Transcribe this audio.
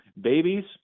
babies